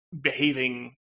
behaving